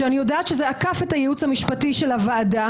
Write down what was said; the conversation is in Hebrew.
כשאני יודעת שזה עקף את הייעוץ המשפטי של הוועדה,